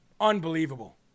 Unbelievable